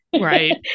Right